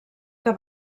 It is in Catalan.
que